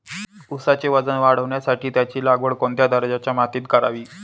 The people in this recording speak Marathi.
ऊसाचे वजन वाढवण्यासाठी त्याची लागवड कोणत्या दर्जाच्या मातीत करावी?